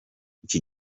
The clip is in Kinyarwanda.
iki